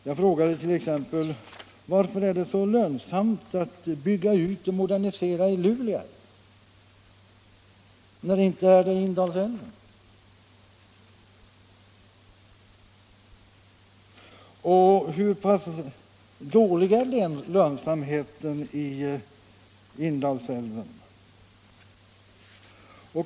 Jag frågade t.ex.: Varför är det så lönsamt att bygga ut och modernisera kraftverket i Lule älv, när det inte anses vara lönsamt att göra detsamma i Indalsälven? Hur dålig är lönsamheten i Indalsälven?